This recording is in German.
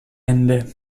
ende